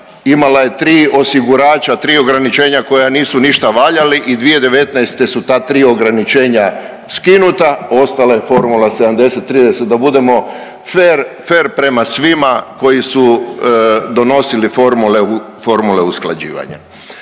imala je tri osigurača, tri ograničenja koja nisu ništa valjali i 2019. su ta tri ograničenja skinuta, ostala je formula 70 30 da budemo fer, fer prema svima koji su donosili formule, formule usklađivanja.